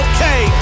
Okay